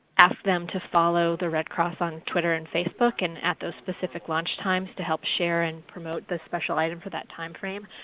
asked them to follow the red cross on twitter and facebook and at those specific launch times to help share and promote the special items in that timeframe.